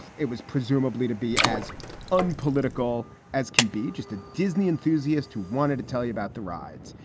it was presumably to be as unpolitical as can be. just a disney enthusiast who wanted to tell you about the rides.